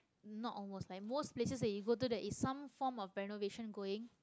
not almost like most places that you go to there is some form of renovation going